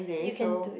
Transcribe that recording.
you can do it